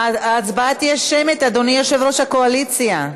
ההצבעה תהיה שמית, אדוני יושב-ראש הקואליציה.